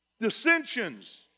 Dissensions